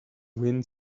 wind